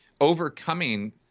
overcoming